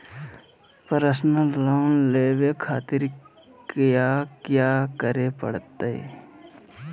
Personal loan लेवे खातिर कया क्या करे पड़तइ?